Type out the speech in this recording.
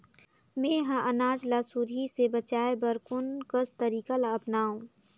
मैं ह अनाज ला सुरही से बचाये बर कोन कस तरीका ला अपनाव?